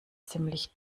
ziemlich